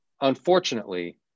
Unfortunately